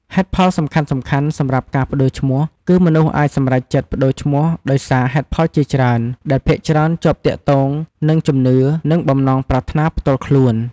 ហេតុផលសំខាន់ៗសម្រាប់ការប្ដូរឈ្មោះ គឺមនុស្សអាចសម្រេចចិត្តប្ដូរឈ្មោះដោយសារហេតុផលជាច្រើន ដែលភាគច្រើនជាប់ទាក់ទងនឹងជំនឿ និងបំណងប្រាថ្នាផ្ទាល់ខ្លួន។